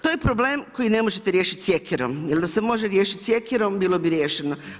To je problem koji ne možete riješiti sjekirom jel da se može riješiti sjekirom bilo bi riješeno.